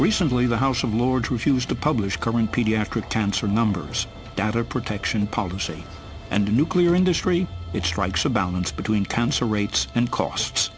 recently the house of lords refused to publish coming pediatric cancer numbers data protection policy and the nuclear industry it strikes a balance between cancer rates and costs